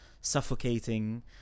suffocating